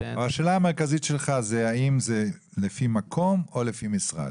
השאלה המרכזית שלך היא האם זה לפי מקום או לפי משרד.